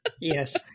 Yes